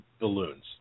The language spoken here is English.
balloons